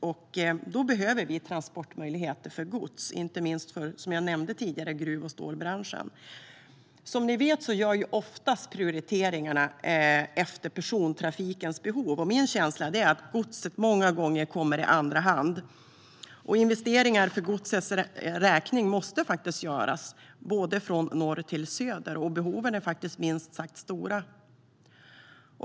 Därför behöver vi transportmöjligheter för gods, inte minst i gruv och stålbranschen, som jag nämnde tidigare. Som ni vet görs oftast prioriteringar efter persontrafikens behov, och min känsla är att godset många gånger kommer i andra hand. Investeringar för godsets räkning måste göras, från norr till söder, och behoven är minst sagt stora.